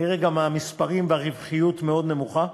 כנראה גם המספרים והרווחיות מאוד נמוכה,